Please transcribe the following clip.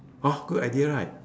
hor good idea right